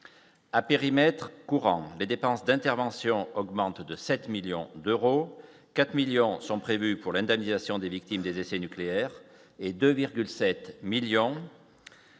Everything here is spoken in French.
à périmètre courant les dépenses d'intervention augmente de 7 millions d'euros, 4 millions sont prévus pour l'indemnisation des victimes des essais nucléaires et 2,7 millions.